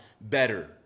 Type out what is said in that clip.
better